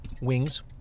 wings